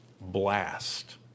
blast